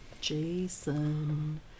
Jason